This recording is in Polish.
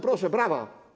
Proszę, brawa.